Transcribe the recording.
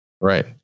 Right